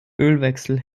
ölwechsel